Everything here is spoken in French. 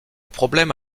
problème